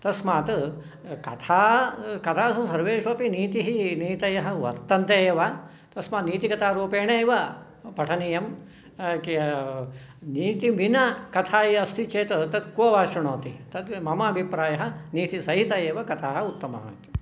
तस्मात् कथा कथासु सर्वेषु अपि नीतिः नीतयः वर्तन्ते एव तस्मात् नीतिकथारूपेण एव पठनीयं नीतिं विना कथा या अस्ति चेत् तत् को वा शृणोति तत् मम अभिप्रायः नीतिसहित एव कथाः उत्तमाः इति